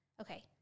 Okay